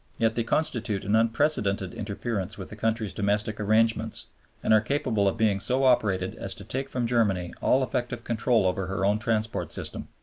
yet they constitute an unprecedented interference with a country's domestic arrangements and are capable of being so operated as to take from germany all effective control over her own transport system.